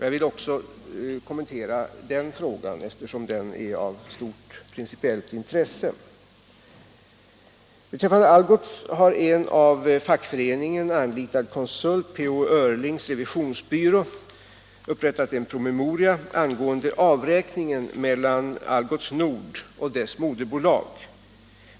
Jag vill kommentera också den frågan, eftersom den är av stort principiellt intresse. Beträffande Algots har en av fackföreningen anlitad konsult, P.O. Öhrlings Revisionsbyrå, upprättat en promemoria angående avräkningen mellan Algots Nord och dess moderbolag.